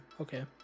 Okay